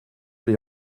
l’ai